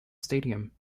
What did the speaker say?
stadium